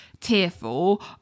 tearful